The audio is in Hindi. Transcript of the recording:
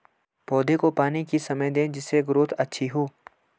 पौधे को पानी किस समय दें जिससे ग्रोथ अच्छी हो?